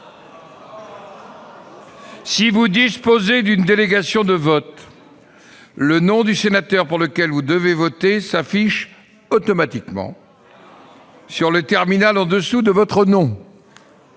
si vous disposez d'une délégation de vote, le nom du sénateur pour lequel vous devez voter s'affiche automatiquement sur le terminal de vote au-dessous de votre nom.